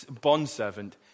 bondservant